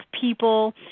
people